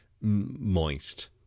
moist